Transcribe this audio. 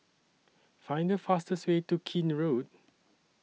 Find The fastest Way to Keene Road